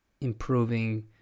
improving